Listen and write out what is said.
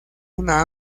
una